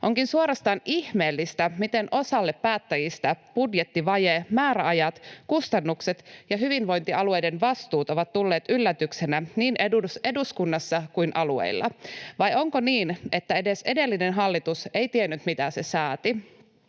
Onkin suorastaan ihmeellistä, miten osalle päättäjistä budjettivaje, määräajat, kustannukset ja hyvinvointialueiden vastuut ovat tulleet yllätyksenä niin eduskunnassa kuin alueilla. Vai onko niin, että edes edellinen hallitus ei tiennyt, mitä se sääti?